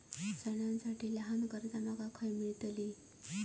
सणांसाठी ल्हान कर्जा माका खय मेळतली?